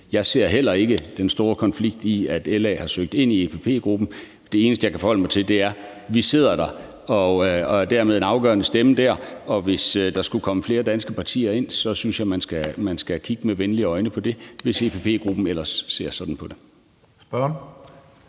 Jeg ser heller ikke den store konflikt i, at LA har søgt ind i EPP-gruppen. Det eneste, jeg kan forholde mig til, er, at vi sidder der og dermed er en afgørende stemme dér. Hvis der skulle komme flere danske partier ind, synes jeg, man skal kigge med venlige øjne på det, hvis EPP-gruppen ellers ser sådan på det.